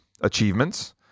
Achievements